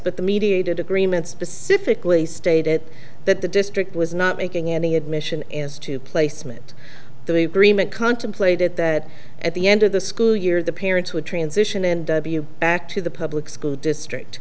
but the mediated agreement specifically stated that the district was not making any admission to placement the agreement contemplated that at the end of the school year the parents would transition and back to the public school district